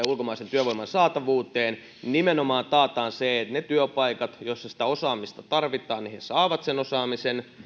ulkomaisen työvoiman saatavuuteen nimenomaan taataan se että niissä työpaikoissa joissa sitä osaamista tarvitaan he saavat sen osaamisen